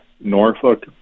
Norfolk